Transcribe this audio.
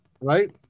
right